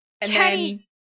Kenny